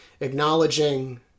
acknowledging